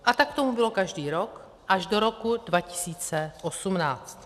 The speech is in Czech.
A tak tomu bylo každý rok až do roku 2018.